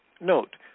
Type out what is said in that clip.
Note